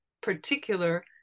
particular